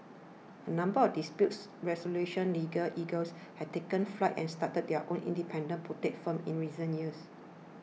a number of dispute resolution legal eagles have taken flight and started their own independent boutique firms in recent years